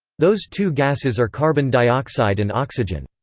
those two gases are carbon dioxide and oxygen.